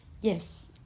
Yes